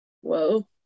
Whoa